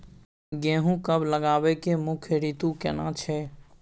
गेहूं कब लगाबै के मुख्य रीतु केना छै?